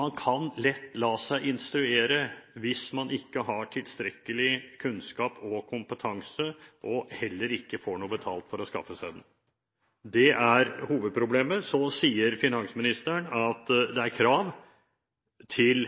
man kan lett la seg instruere hvis man ikke har tilstrekkelig kunnskap og kompetanse – og heller ikke får noe betalt for å skaffe seg den. Det er hovedproblemet. Så sier finansministeren at det er krav til